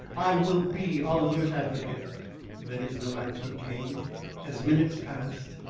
i will be oliver's advocate then, as no answer came as minutes passed,